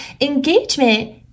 engagement